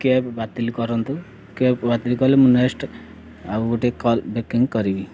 cab ବାତିଲ୍ କରନ୍ତୁ cab ବାତିଲ୍ କଲେ ମୁଁ ନେଷ୍ଟ୍ ଆଉ ଗୋଟେ କଲ୍ ବୁକିଂ କରିବି